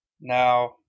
Now